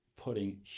putting